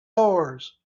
doors